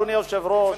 אדוני היושב-ראש,